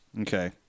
Okay